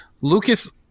Lucas